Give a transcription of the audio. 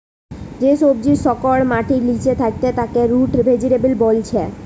যে সবজির শিকড় মাটির লিচে থাকছে তাকে রুট ভেজিটেবল বোলছে